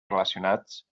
relacionats